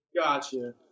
Gotcha